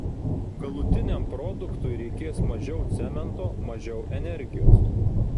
galutiniam produktui reikės mažiau cemento mažiau energijos